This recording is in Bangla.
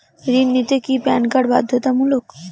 ঋণ নিতে কি প্যান কার্ড বাধ্যতামূলক?